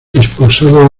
expulsado